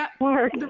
work